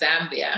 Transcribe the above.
Zambia